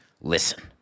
Listen